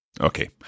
Okay